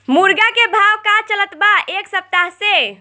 मुर्गा के भाव का चलत बा एक सप्ताह से?